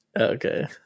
okay